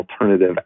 alternative